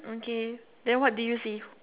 okay then what do you see